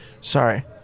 sorry